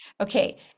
Okay